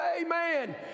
amen